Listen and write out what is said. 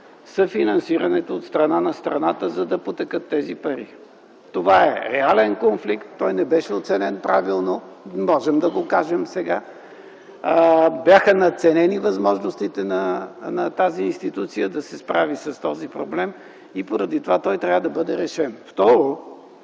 съфинансирането от страна на страната, за да потекат тези пари. Това е реален конфликт. Той не беше оценен правилно, можем да го кажем сега. Бяха надценени възможностите на тази институция да се справи с този проблем и поради това той трябва да бъде решен. Второ